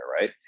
right